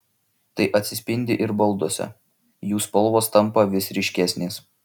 tai atsispindi ir balduose jų spalvos tampa vis ryškesnės